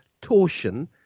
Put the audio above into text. torsion